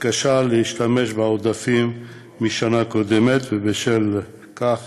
מתקשה להשתמש בעודפים משנה קודמת, ובשל כך